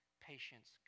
patience